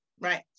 right